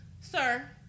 Sir